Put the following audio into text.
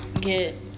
get